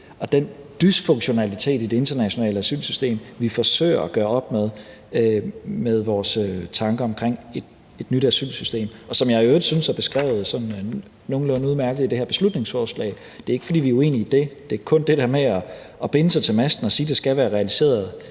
og den dysfunktionalitet i det internationale asylsystem, vi forsøger at gøre op med med vores tanker om et nyt asylsystem – som jeg i øvrigt synes er beskrevet sådan nogenlunde udmærket i det her beslutningsforslag. Det er ikke, fordi vi er uenige i det. Det er kun det der med at binde sig til masten og sige, at det skal være realiseret